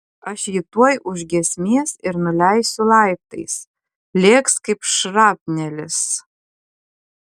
aš jį tuoj už giesmės ir nuleisiu laiptais lėks kaip šrapnelis